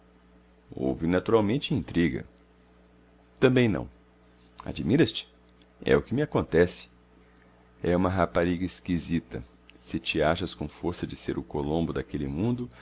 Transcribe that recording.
houve naturalmente intriga também não admiras te é o que me acontece é uma rapariga esquisita se te achas com força de ser o colombo daquele mundo